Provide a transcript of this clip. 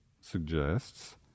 suggests